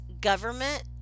government